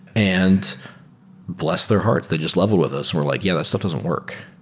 and bless their hearts, they just leveled with us and we're like, yeah, that stuff doesn't work.